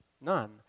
None